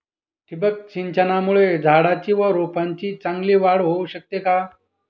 ठिबक सिंचनामुळे झाडाची व रोपांची चांगली वाढ होऊ शकते का?